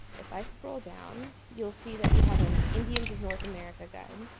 if i scroll down, you'll see that we have an indians of north america guide